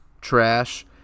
trash